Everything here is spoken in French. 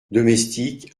domestiques